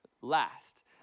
last